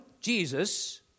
Jesus